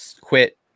quit